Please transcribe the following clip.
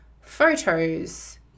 photos